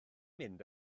mynd